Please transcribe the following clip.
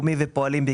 פועלים ולאומי,